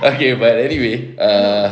okay but anyway err